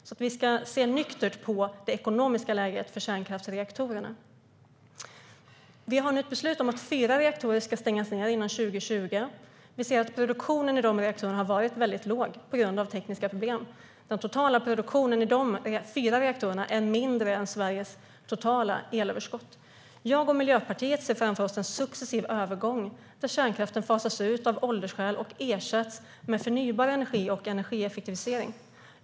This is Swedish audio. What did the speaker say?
Vi ska alltså se nyktert på det ekonomiska läget för kärnkraftsreaktorerna. Vi har ett beslut om att fyra reaktorer ska stängas ned före 2020. Produktionen i dessa reaktorer har varit låg på grund av tekniska problem. Den totala produktionen i dessa fyra reaktorer är mindre än Sveriges totala elöverskott. Jag och Miljöpartiet ser framför oss en successiv övergång där kärnkraften fasas ut av åldersskäl och ersätts med förnybar energi och energieffektivisering.